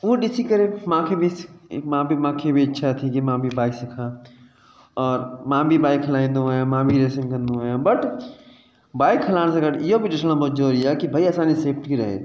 उहो ॾिसी करे मां खे बिस मां बि मां खे बि इच्छा थींदी मां बि बाइक सिखां और मां बि बाइक हलाईंदो आहियां मां बि रेसिंग कंदो आहियां बट बाइक हलाइण सां गॾु इहो बि ॾिसिणो मज़ो इहो आहे कि भई असांजी सेफ़्टी रहे